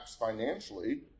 financially